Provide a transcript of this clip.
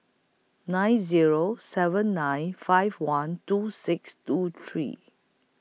nine Zero seven nine five one two six two three